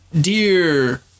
dear